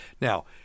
Now